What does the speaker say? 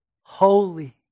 Holy